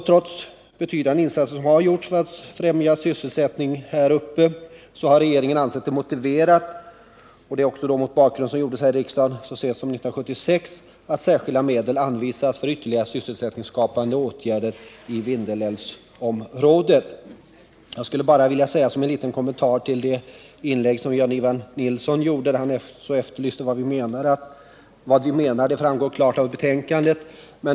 Trots att betydande insatser har gjorts för att främja sysselsättningen här uppe har regeringen ansett det motiverat — också mot bakgrund av vad som beslöts av riksdagen så sent som 1976 — att anvisa särskilda medel för ytterligare sysselsättningsskapande åtgärder i Vindelälvsområdet. Bara en liten kommentar till det inlägg Jan-Ivan Nilsson gjorde. Han frågade vad vi menade. Vad vi menar framgår klart av betänkandet.